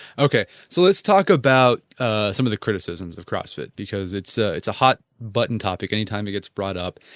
okay. so let's talk about some of the criticisms of crossfit, because it's ah it's a hot button topic anytime it gets brought up.